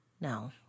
No